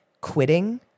Quitting